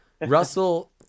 Russell